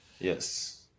Yes